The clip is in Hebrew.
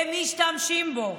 הם משתמשים בו.